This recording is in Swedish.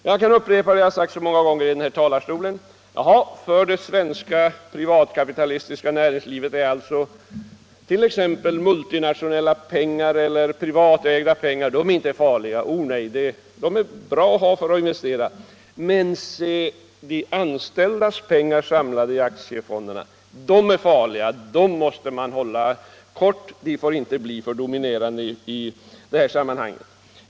Jag kan upprepa vad jag har sagt så många gånger i den här talarstolen: För det svenska privatkapitalistiska näringslivet är t.ex. multinationella pengar eller privatägda pengar inte farliga. De är bra att ha för att investera. Men se de anställdas pengar samlade i aktiefonderna, de är farliga! Dem måste man hålla kort, de får inte bli för dominerande i det här sammanhanget.